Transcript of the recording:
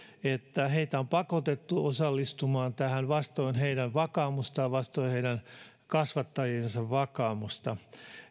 että heitä on pakotettu osallistumaan siihen vastoin heidän vakaumustaan vastoin heidän kasvattajiensa vakaumusta